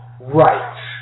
Right